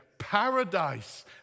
paradise